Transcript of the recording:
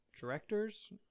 directors